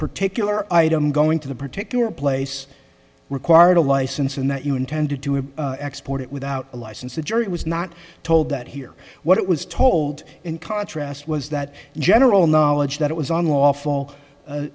particular item going to the particular place required a license and that you intended to have export it without a license the jury was not told that here what it was told in contrast was that general knowledge that it was unlawful